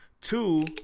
Two